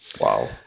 wow